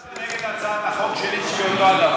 אז למה הצבעתם נגד הצעת החוק שלי, שהיא אותו הדבר?